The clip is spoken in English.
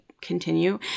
continue